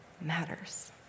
matters